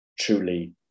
truly